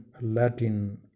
Latin